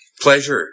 pleasure